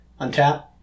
Untap